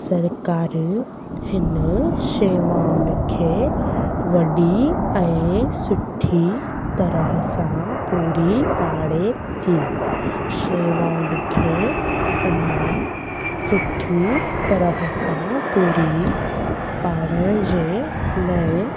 सरकारु हिन शेवाऊनि खे वॾी ऐं सुठी तरह सां पूरी पाड़े थी शेवाउनि खे अञा सुठी तरह सां पूरी पारड़ जे लाइ